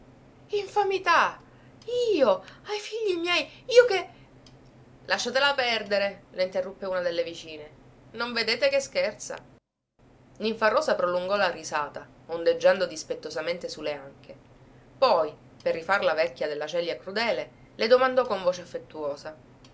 detto infamità io ai figli miei io che lasciatela perdere la interruppe una delle vicine non vedete che scherza ninfarosa prolungò la risata ondeggiando dispettosamente su le anche poi per rifar la vecchia della celia crudele le domandò con voce affettuosa